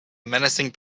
menacing